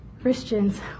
Christians